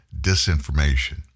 disinformation